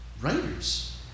writers